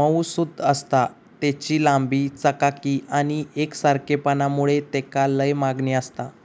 मऊसुद आसता, तेची लांबी, चकाकी आणि एकसारखेपणा मुळे तेका लय मागणी आसता